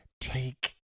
Take